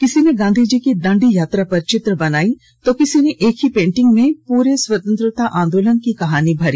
कोई गांधी जी की दांडी यात्रा पर चित्र बनाई तो किसी ने एक ही पेंटिंग मे पुरे स्वतंत्रता आंदोलन की कहानी भरी